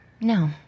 No